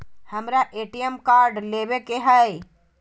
हमारा ATM card लेव के हई